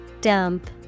Dump